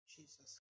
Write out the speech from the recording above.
Jesus